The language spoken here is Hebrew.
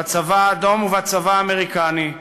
בצבא האדום ובצבא האמריקני,